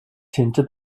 tinte